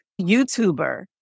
YouTuber